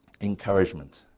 encouragement